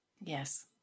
Yes